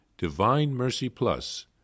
divinemercyplus